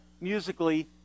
musically